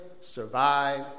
survive